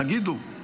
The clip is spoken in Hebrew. תגידו,